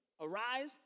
Arise